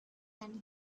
and